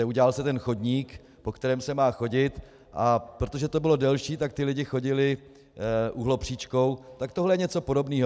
Udělal se ten chodník, po kterém se má chodit, a protože to bylo delší, tak lidé chodili úhlopříčkou, tak tohle je něco podobného.